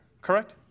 Correct